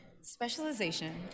specialization